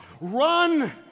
run